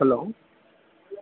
hello